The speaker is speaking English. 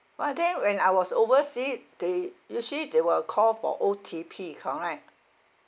but then when I was overseas they usually they will call for O_T_P correct